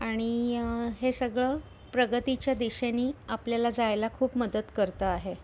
आणि हे सगळं प्रगतीच्या दिशेने आपल्याला जायला खूप मदत करतं आहे